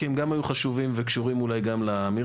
כי הם גם היו חשובים וקשורים אולי גם לאמירה,